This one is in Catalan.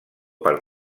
per